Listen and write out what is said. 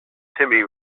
timmy